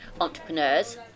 entrepreneurs